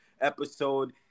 episode